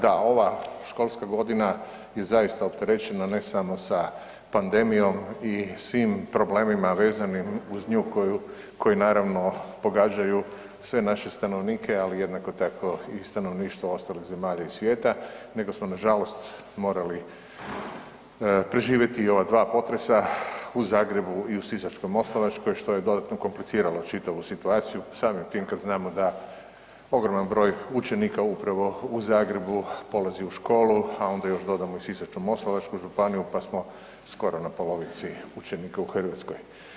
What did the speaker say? Da, ova školska godina je zaista opterećena ne samo sa pandemijom i svim problemima vezanim uz nju koji naravno pogađaju sve naše stanovnike ali jednako tako i stanovništvo ostalih zemalja iz svijeta, nego smo nažalost morali preživjeti i ova dva potresa u Zagrebu i u Sisačko-moslavačkoj što je dodatno kompliciralo čitavu situaciju samim tim kad znamo da ogroman broj učenika upravo u Zagrebu polazi u školu, a onda još dodamo i Sisačko-moslavačku županiju pa smo skoro na polovici učenika u Hrvatskoj.